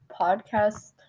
podcast